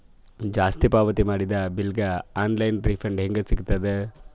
ಜಾಸ್ತಿ ಪಾವತಿ ಮಾಡಿದ ಬಿಲ್ ಗ ಆನ್ ಲೈನ್ ರಿಫಂಡ ಹೇಂಗ ಸಿಗತದ?